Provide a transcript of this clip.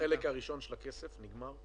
החלק הראשון של הכסף נגמר.